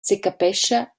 secapescha